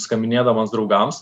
skambinėdamas draugams